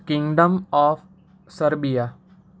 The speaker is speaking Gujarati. Kingdom of Serbia